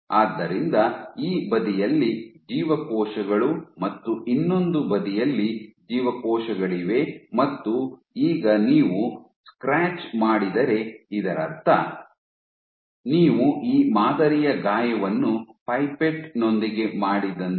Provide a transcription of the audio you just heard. ಆದ್ದರಿಂದ ಈ ಬದಿಯಲ್ಲಿ ಜೀವಕೋಶಗಳು ಮತ್ತು ಇನ್ನೊಂದು ಬದಿಯಲ್ಲಿ ಜೀವಕೋಶಗಳಿವೆ ಮತ್ತು ಈಗ ನಾವು ಸ್ಕ್ರಾಚ್ ಮಾಡಿದರೆ ಇದರರ್ಥ ನೀವು ಈ ಮಾದರಿಯ ಗಾಯವನ್ನು ಪೈಪೆಟ್ ನೊಂದಿಗೆ ಮಾಡಿದಂತೆ